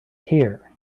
here